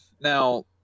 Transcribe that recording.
now